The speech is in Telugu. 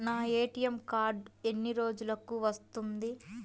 నా ఏ.టీ.ఎం కార్డ్ ఎన్ని రోజులకు వస్తుంది?